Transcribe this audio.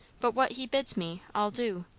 but what he bids me, i'll do.